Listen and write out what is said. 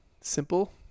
simple